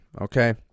Okay